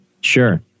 Sure